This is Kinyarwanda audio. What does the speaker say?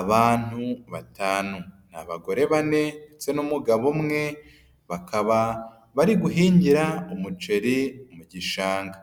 Abantu batanu, abagore bane ndetse n'umugabo umwe bakaba bari guhingira umuceri mu gishangasa,